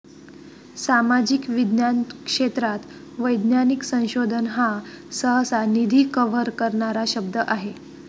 सामाजिक विज्ञान क्षेत्रात वैज्ञानिक संशोधन हा सहसा, निधी कव्हर करणारा शब्द आहे